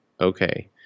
okay